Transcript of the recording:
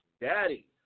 Daddy